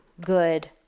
good